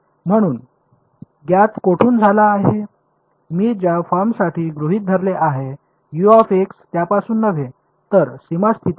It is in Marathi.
म्हणून ज्ञात कोठून आला आहे मी ज्या फॉर्मसाठी गृहित धरले आहे त्यापासून नव्हे तर सीमा स्थितीतून